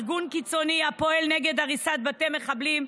ארגון קיצוני הפועל נגד הריסת בתי מחבלים,